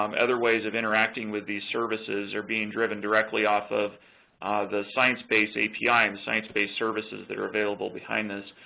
um other ways of interacting with these services are being driven directly off of the sciencebase api and the sciencebase services that are available behind this.